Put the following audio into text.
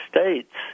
States